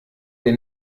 der